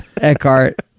Eckhart